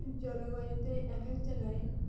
জলবায়ু তো এক এক জায়গায়